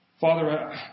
Father